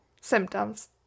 Symptoms